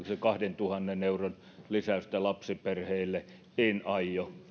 se kahdentuhannen euron lisäystä lapsiperheille en aio